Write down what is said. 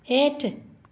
हेठि